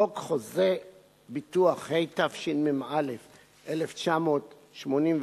חוק חוזה הביטוח, התשמ"א 1981,